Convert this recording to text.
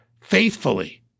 faithfully